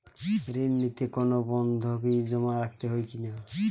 ঋণ নিতে কোনো বন্ধকি জমা রাখতে হয় কিনা?